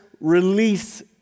release